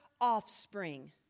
offspring